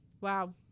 Wow